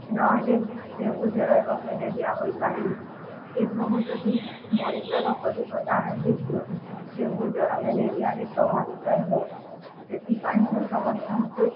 ନହେଲେ ଡେଙ୍ଗୁ ଜ୍ୱର ଏବଂ ମେଲେରିଆ ହୋଇପାରିବ ଏସବୁ ଯଦି ମଣିଷ ନ କରିବ ତାହେଲେ ଡେଙ୍ଗୁ ଜ୍ୱର ମେଲେରିଆରେ ପ୍ରଭାବିତ ହେବ ସେଥିପାଇଁ ସମସ୍ତଙ୍କୁ